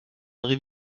revier